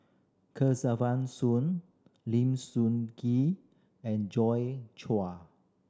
Kesavan Soon Lim Soon Ngee and Joi Chua